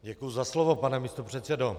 Děkuji za slovo, pane místopředsedo.